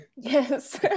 Yes